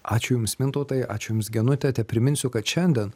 ačiū jums mintautai ačiū jums genute tepriminsiu kad šiandien